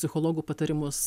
psichologų patarimus